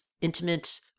intimate